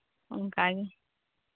ᱚᱱᱠᱟᱜᱮ